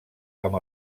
amb